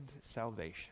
salvation